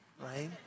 right